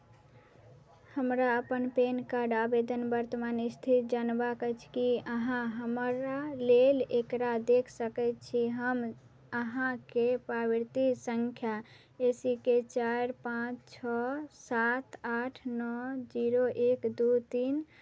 हमरा अपन PAN card आवेदन वर्तमान स्थिति जानबाक अछि कि अहाँ हमरा लेल एकरा देखि सकैत छी हम अहाँके पावती सङ्ख्या ए सी के चारि पाँच छओ सात आठ नओ जीरो एक दू तीन